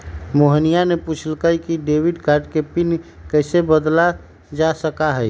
मोहिनीया ने पूछल कई कि डेबिट कार्ड के पिन कैसे बदल्ल जा सका हई?